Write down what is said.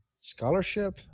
Scholarship